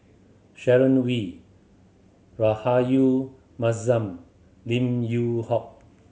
Sharon Wee Rahayu Mahzam Lim Yew Hock